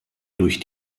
durch